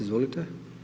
Izvolite.